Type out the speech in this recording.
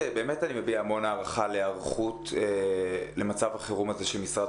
באמת אני מביע המון הערכה להיערכות למצב החירום הזה של משרד